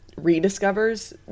rediscovers